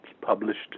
published